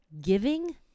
giving